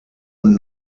und